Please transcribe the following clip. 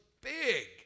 big